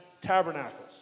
tabernacles